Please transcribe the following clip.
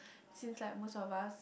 since like most of us